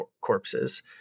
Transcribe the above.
corpses